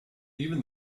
even